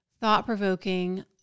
thought-provoking